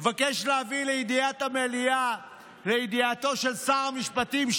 אבקש להביא לידיעת המליאה ולידיעתו של שר המשפטים,